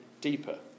deeper